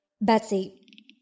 Betsy